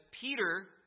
Peter